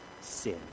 sin